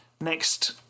next